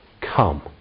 come